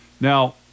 Now